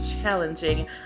Challenging